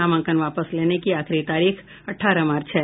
नामांकन वापस लेने की आखिरी तारीख अठारह मार्च है